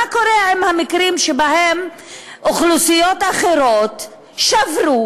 מה קורה עם המקרים שבהם אוכלוסיות אחרות שברו